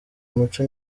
muco